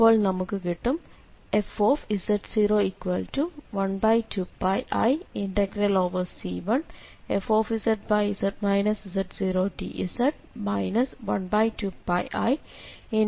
അപ്പോൾ നമുക്ക് കിട്ടും fz012πiC1fz z0dz 12πiC2fz z0dz എന്ന്